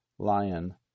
Lion